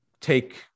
take